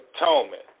Atonement